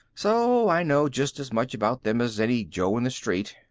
so i know just as much about them as any joe in the street.